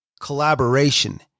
collaboration